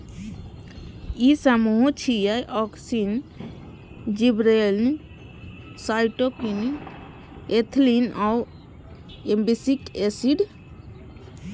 ई समूह छियै, auxin, gibberellin, cytokinin, ethylene आ एब्सिसिक एसिड